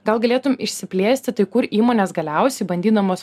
gal galėtum išsiplėsti tai kur įmonės galiausiai bandydamos